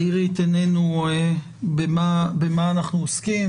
העירי את עינינו במה אנחנו עוסקים,